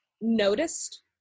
noticed